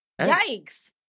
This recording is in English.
Yikes